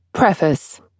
Preface